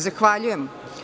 Zahvaljujem.